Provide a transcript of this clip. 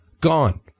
Gone